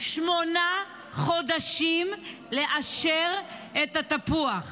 לקח שמונה חודשים לאשר את התפוח.